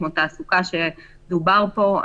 כמו נושא התעסוקה שדובר פה,